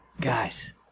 Guys